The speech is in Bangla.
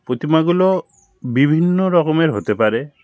প্রতিমাগুলো বিভিন্ন রকমের হতে পারে